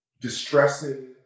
distressing